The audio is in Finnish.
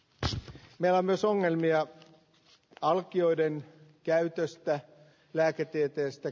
jos meillä myös ongelmia on alkioiden käytöstä lääketieteellistä